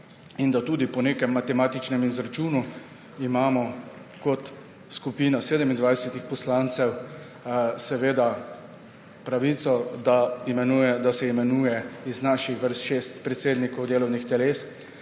imamo tudi po nekem matematičnem izračunu kot skupina 27 poslancev pravico, da se imenuje iz naših vrst šest predsednikov delovnih teles